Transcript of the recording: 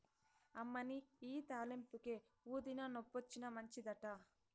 అమ్మనీ ఇయ్యి తాలింపుకే, ఊదినా, నొప్పొచ్చినా మంచిదట